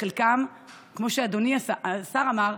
וכמו שאדוני השר אמר,